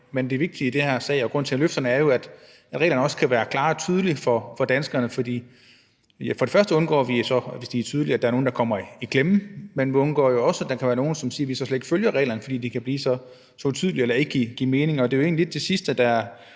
Men det vigtige i den sag og grunden til, at jeg rejser den, er jo, at reglerne også skal være klare og tydelige for danskerne, for så undgår vi for det første, at der er nogle, der kommer i klemme, men vi undgår for det andet også, at der kan være nogle, der siger, at de slet ikke følger reglerne, fordi reglerne kan blive for uklare eller ikke giver mening. Det er egentlig lidt det sidste, der